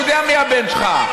אני יודע מי הבן שלך.